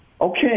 Okay